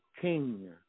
king